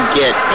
get